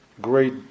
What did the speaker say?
great